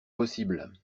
possible